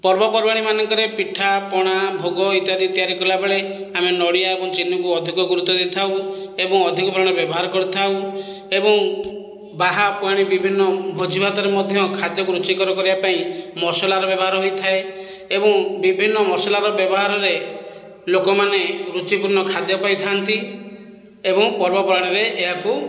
ପର୍ବପର୍ବାଣି ମାନଙ୍କରେ ପିଠାପଣା ଭୋଗ ଇତ୍ୟାଦି ଇତ୍ୟାଦି କଲାବେଳେ ଆମେ ନଡ଼ିଆ ଏବଂ ଚିନିକୁ ଅଧିକ ଗୁରୁତ୍ୱ ଦେଇଥାଉ ଏବଂ ଅଧିକ ପରିମାଣରେ ବ୍ୟବହାର କରିଥାଉ ଏବଂ ବାହାପୁଆଣି ବିଭିନ୍ନ ଭୋଜି ଭାତରେ ମଧ୍ୟ ଖାଦ୍ୟକୁ ରୁଚିକର କରିବା ପାଇଁ ମସଲାର ବ୍ୟବହାର ହୋଇଥାଏ ଏବଂ ବିଭିନ୍ନ ମସଲାର ବ୍ୟବହାରରେ ଲୋକମାନେ ରୁଚିପୂର୍ଣ୍ଣ ଖାଦ୍ୟ ପାଇଥାନ୍ତି ଏବଂ ପର୍ବପର୍ବାଣିରେ ଏହାକୁ